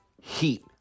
Heat